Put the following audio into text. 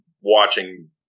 watching